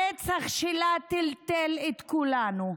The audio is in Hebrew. הרצח שלה טלטל את כולנו.